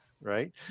Right